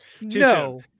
No